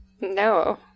No